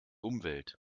umwelt